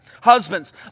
Husbands